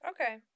Okay